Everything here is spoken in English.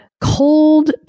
cold